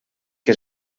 que